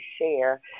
share